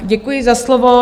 Děkuji za slovo.